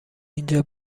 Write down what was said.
اینجا